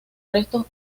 restos